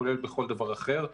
כולל בכל דבר אחר,